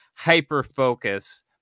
hyper-focus